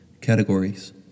categories